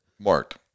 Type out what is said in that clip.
Mark